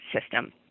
system